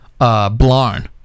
Blarn